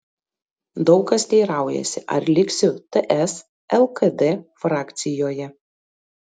daug kas teiraujasi ar liksiu ts lkd frakcijoje